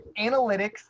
analytics